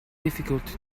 difficult